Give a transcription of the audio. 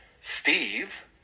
Steve